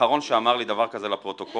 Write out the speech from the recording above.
האחרון שאמר לי דבר כזה לפרוטוקול,